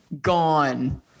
gone